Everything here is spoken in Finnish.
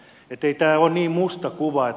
ei tämä ole niin musta kuva